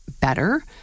better